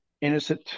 innocent